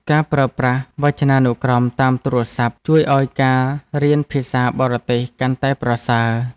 ការប្រើប្រាស់វចនានុក្រមតាមទូរស័ព្ទ ជួយឱ្យការរៀនភាសាបរទេសកាន់តែប្រសើរ។